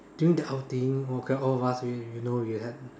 during the outing okay all of us you you you know we had